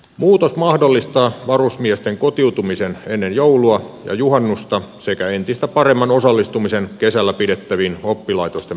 muutos mahdollistaa varusmiesten kotiutumisen ennen joulua ja juhannusta sekä entistä paremman osallistumisen kesällä pidettäviin oppilaitosten pääsykokeisiin